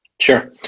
Sure